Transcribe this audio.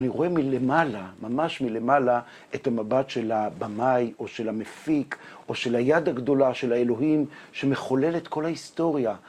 אני רואה מלמעלה, ממש מלמעלה, את המבט של הבמאי או של המפיק או של היד הגדולה של האלוהים שמחולל את כל ההיסטוריה.